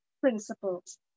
principles